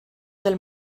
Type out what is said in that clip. del